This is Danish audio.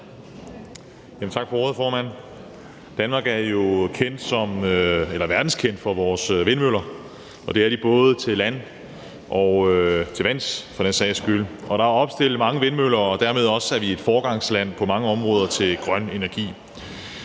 Tak for ordet, formand. I Danmark er vi jo verdenskendt for vores vindmøller, og det er både til lands og for den sags skyld også til vands; der er opstillet mange vindmøller, og dermed er vi også på mange områder et